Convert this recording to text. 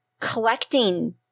collecting